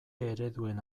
ereduen